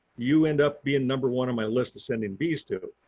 you end up being number one on my list of sending bees to.